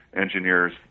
engineers